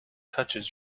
touches